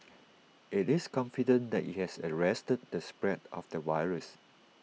IT is confident that IT has arrested the spread of the virus